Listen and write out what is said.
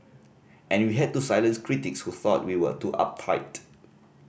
and we had to silence critics who thought we were too uptight